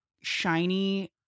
shiny-